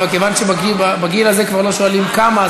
אבל כיוון שבגיל הזה כבר לא שואלים כמה,